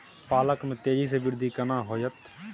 पालक में तेजी स वृद्धि केना होयत?